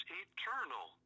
eternal